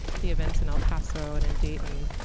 the events in el paso and in dayton,